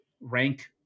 rank